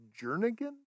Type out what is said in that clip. Jernigan